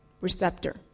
receptor